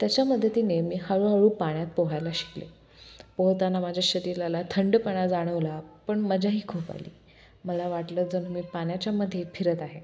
त्याच्या मदतीनेे मी हळूहळू पाण्यात पोहायला शिकले पोहताना माझ्या शरीराला थंडपणा जाणवला पण मजाही खूप आली मला वाटलं जणू मी पाण्याच्यामध्ये फिरत आहे